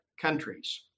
countries